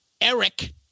Eric